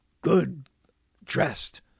good-dressed